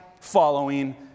following